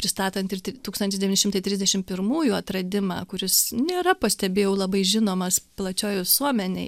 pristatant ir ti tūkstantis devyni šimtai trisdešim pirmųjų atradimą kuris nėra pastebėjau labai žinomas plačioj visuomenėj